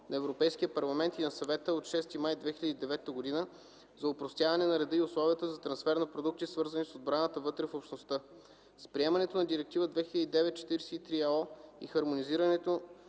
на Европейския парламент и на Съвета от 6 май 2009 г. за опростяване на реда и условията за трансфер на продукти, свързани с отбраната, вътре в Общността. С приемането на Директива 2009/43/ЕО и хармонизирането